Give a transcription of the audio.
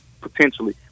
potentially